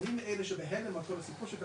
ואני מאלה שבהלם על כל הסיפור,